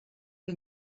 que